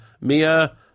Mia